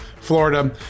Florida